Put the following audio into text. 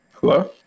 Hello